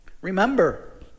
Remember